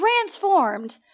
transformed